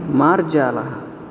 मार्जालः